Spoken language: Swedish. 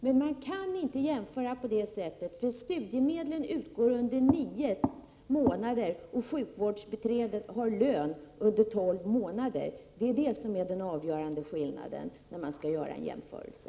Men man kan inte jämföra på det sättet, eftersom studiemedlen utbetalas under nio månader medan sjukvårdsbiträdet får lön under tolv månader. Det är den avgörande skillnaden vid en sådan jämförelse.